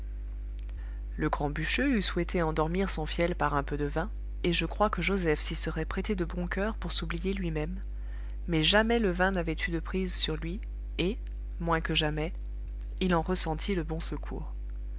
le grand bûcheux eût souhaité endormir son fiel par un peu de vin et je crois que joseph s'y serait prêté de bon coeur pour s'oublier lui-même mais jamais le vin n'avait eu de prise sur lui et moins que jamais il en ressentit le bon secours